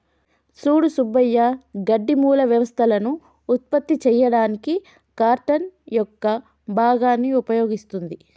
సూడు సుబ్బయ్య గడ్డి మూల వ్యవస్థలను ఉత్పత్తి చేయడానికి కార్టన్ యొక్క భాగాన్ని ఉపయోగిస్తుంది